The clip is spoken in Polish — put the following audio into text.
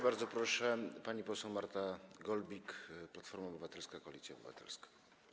Bardzo proszę, pani poseł Marta Golbik, Platforma Obywatelska - Koalicja Obywatelska.